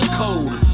code